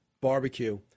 Barbecue